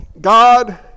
God